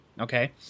okay